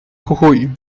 jujuy